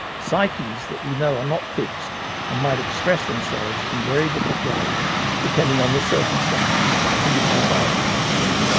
psyches that we know are not fixed and might express themselves in very different ways depending on the circumstances in which we find ourselves.